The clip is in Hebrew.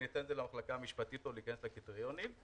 אאפשר למחלקה המשפטית לפרט - מה